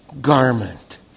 garment